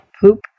poop